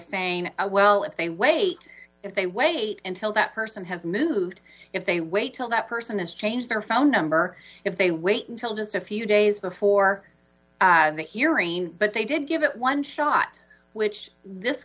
saying well if they wait if they wait until that person has moved if they wait till that person is changed they're found number if they wait until just a few days before the hearing but they did give it one shot which this